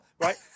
Right